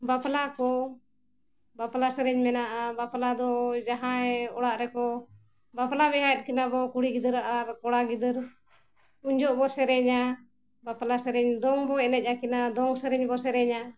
ᱵᱟᱯᱞᱟ ᱠᱚ ᱵᱟᱯᱞᱟ ᱥᱮᱨᱮᱧ ᱢᱮᱱᱟᱜᱼᱟ ᱵᱟᱯᱞᱟ ᱫᱚ ᱡᱟᱦᱟᱸᱭ ᱚᱲᱟᱜ ᱨᱮᱠᱚ ᱵᱟᱯᱞᱟ ᱵᱤᱦᱟᱹᱭᱮᱫ ᱠᱤᱱᱟᱹᱵᱚᱱ ᱠᱩᱲᱤ ᱜᱤᱫᱽᱨᱟᱹ ᱟᱨ ᱠᱚᱲᱟ ᱜᱤᱫᱽᱨᱟᱹ ᱩᱱ ᱡᱚᱠᱷᱮᱡ ᱵᱚᱱ ᱥᱮᱨᱮᱧᱟ ᱵᱟᱯᱞᱟ ᱥᱮᱨᱮᱧ ᱫᱚᱝᱵᱚᱱ ᱮᱱᱮᱡ ᱟᱹᱠᱤᱱᱟ ᱫᱚᱝ ᱥᱮᱨᱮᱧ ᱵᱚᱱ ᱥᱮᱨᱮᱧᱟ